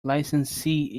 licensee